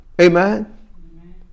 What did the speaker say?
Amen